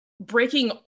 breaking